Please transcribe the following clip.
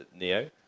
Neo